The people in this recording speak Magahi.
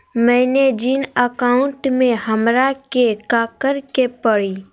मैंने जिन अकाउंट में हमरा के काकड़ के परी?